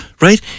right